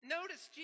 Notice